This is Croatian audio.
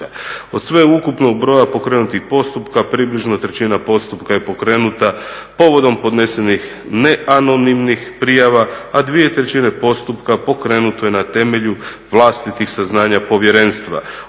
Od sveukupnog broja pokrenutih postupaka približno trećina postupaka je pokrenuta povodom podnesenih neanonimnih prijava, a dvije trećine postupaka pokrenuto je na temelju vlastitih saznanja povjerenstva.